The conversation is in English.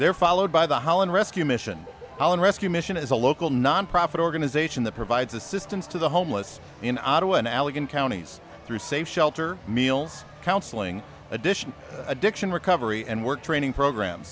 there followed by the holland rescue mission on rescue mission is a local nonprofit organization that provides assistance to the homeless in ottawa and allegan counties through safe shelter meals counseling edition addiction recovery and work training program